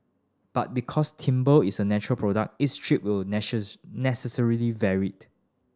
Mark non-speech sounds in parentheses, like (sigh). but because timber is a natural product each strip will (unintelligible) necessarily vary